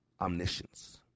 omniscience